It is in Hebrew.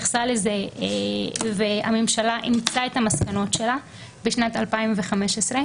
זה כן פוגע בשיקול הדעת השיפוטי,